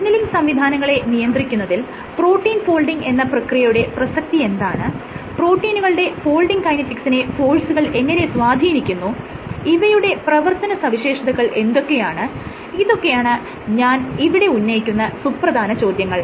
signalling സംവിധാനങ്ങളെ നിയന്ത്രിക്കുന്നതിൽ protein folding എന്ന പ്രക്രിയയുടെ പ്രസക്തിയെന്താണ് പ്രോട്ടീനുകളുടെ ഫോൾഡിങ് കൈനെറ്റിക്സിനെ ഫോഴ്സുകൾ എങ്ങനെ സ്വാധീനിക്കുന്നു ഇവയുടെ പ്രവർത്തന സവിശേഷതകൾ എന്തൊക്കെയാണ് ഇതൊക്കെയാണ് ഞാൻ ഇവിടെ ഉന്നയിക്കുന്ന സുപ്രധാന ചോദ്യങ്ങൾ